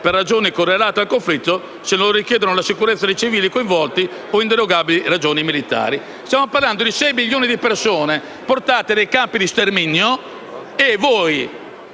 per ragioni correlate al conflitto, se non lo richiedano la sicurezza dei civili coinvolti o inderogabili ragioni militari. Colleghi, stiamo parlando di 6 milioni di persone deportate nei campi di sterminio e con